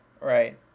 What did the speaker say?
Right